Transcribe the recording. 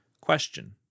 Question